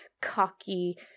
cocky